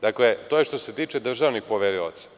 Dakle, to je što se tiče državnih poverioca.